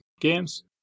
games